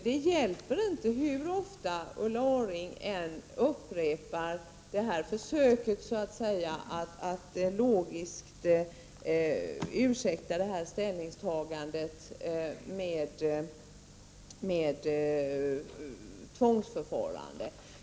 Det hjälper inte hur ofta Ulla Orring upprepar försöket att logiskt ursäkta sitt ställningstagande om tvångsförfarande.